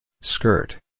skirt